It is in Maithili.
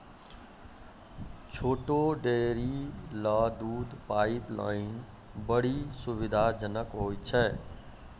छोटो डेयरी ल दूध पाइपलाइन बड्डी सुविधाजनक होय छै